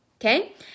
okay